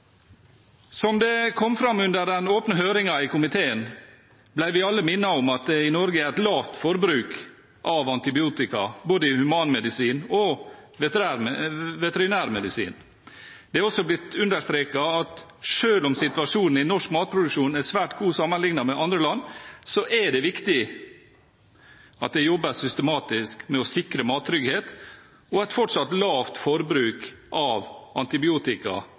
Som det kom fram under den åpne høringen i komiteen, ble vi alle minnet om at det i Norge er et lavt forbruk av antibiotika i både humanmedisin og veterinærmedisin. Det er også blitt understreket at selv om situasjonen i norsk matproduksjon er svært god sammenlignet med andre land, er det viktig at det jobbes systematisk med å sikre mattrygghet og et fortsatt lavt forbruk av antibiotika